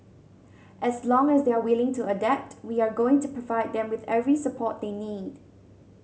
as long as they are willing to adapt we are going to provide them with every support they need